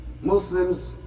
Muslims